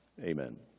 Amen